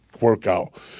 workout